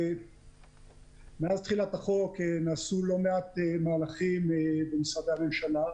מאז תחילת החוק נעשו לא מעט מהלכים במשרדי הממשלה,